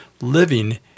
living